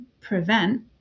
prevent